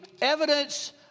evidence